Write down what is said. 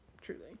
Truly